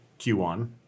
Q1